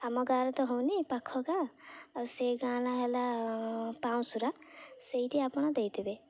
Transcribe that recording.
ଆମ ଗାଁରେ ତ ହଉନି ପାଖ ଗାଁ ଆଉ ସେ ଗାଁ ନାଁ ହେଲା ପାଉଁଶୁରା ସେଇଠି ଆପଣ ଦେଇଦେବେ